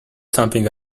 something